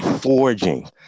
forging